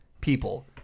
people